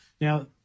Now